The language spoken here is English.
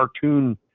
cartoon